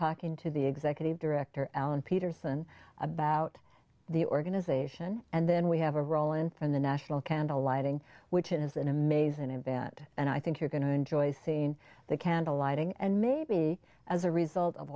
talking to the executive director allen peterson about the organization and then we have a role in from the national candle lighting which is an amazing event and i think you're going to enjoy seeing the candle lighting and maybe as a result of